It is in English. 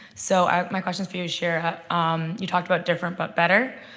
so my question if for you, shira. um you talked about different, but better.